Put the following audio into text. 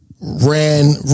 ran